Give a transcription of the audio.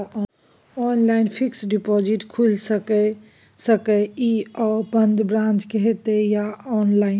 Online fixed deposit खुईल सके इ आ ओ बन्द ब्रांच स होतै या ऑनलाइन?